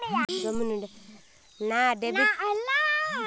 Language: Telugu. నా డెబిట్ కార్డు పోయింది